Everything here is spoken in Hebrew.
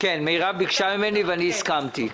מירב כהן ביקשה ממני ואני הסכמתי.